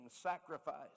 sacrifice